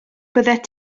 byddet